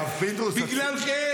הרב פינדרוס --- בגללכם.